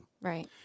Right